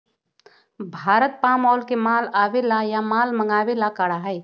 Bharat palm oil के माल आवे ला या माल मंगावे ला करा हई